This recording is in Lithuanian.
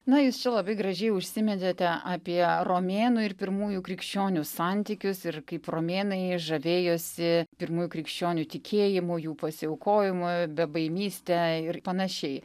na jūs čia labai gražiai užsiminėte apie romėnų ir pirmųjų krikščionių santykius ir kaip romėnai žavėjosi pirmųjų krikščionių tikėjimu jų pasiaukojimu bebaimyste ir panašiai